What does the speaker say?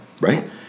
right